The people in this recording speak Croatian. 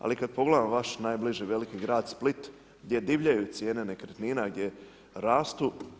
Ali, kad pogledam vaš najbliži veliki grad Split, gdje divljaju cijene nekretnina i gdje rastu.